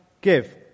give